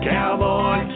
Cowboy